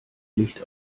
licht